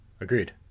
agreed